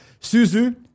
Suzu